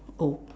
oh